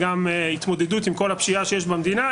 גם התמודדות עם כל הפשיעה שיש במדינה,